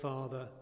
Father